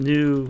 New